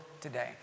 today